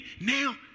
now